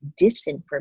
disinformation